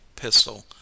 pistol